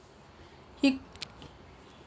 he